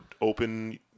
open